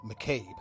McCabe